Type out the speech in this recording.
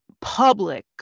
public